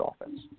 offense